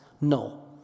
No